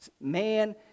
Man